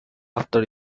after